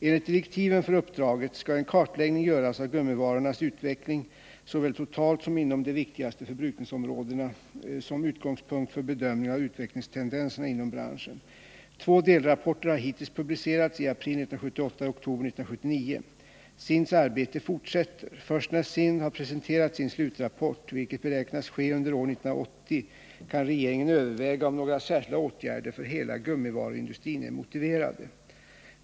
Enligt direktiven för uppdraget skall en kartläggning göras av gummivarornas utveckling såväl totalt som inom de viktigaste förbrukningsområdena som utgångspunkt för en bedömning av utvecklingstendenserna inom branschen. Två delrapporter har hittills publicerats, i april 1978 och oktober 1979. SIND:s arbete fortsätter. Först när SIND har presenterat sin slutrapport, vilket beräknas ske under år 1980, kan regeringen överväga om några särskilda åtgärder för hela gummivaruindustrin är motiverade.